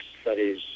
studies